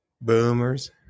Boomers